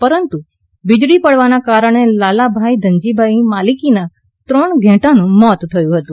પરંતુ વિજળી પડવાના કારણે લાલાભાઇ ધનજીભાઇની માલિકીના ત્રણ ઘેટાનુ મોત થયુ હતુ